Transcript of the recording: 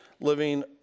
living